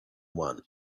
one